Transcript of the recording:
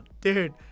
dude